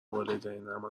والدینم